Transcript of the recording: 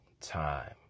time